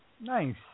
Nice